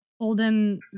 Holden